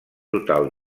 total